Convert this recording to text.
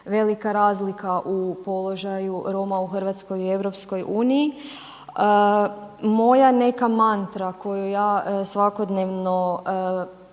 velika razlika u položaju Roma u Hrvatskoj i u EU. Moja neka mantra koju ja svakodnevno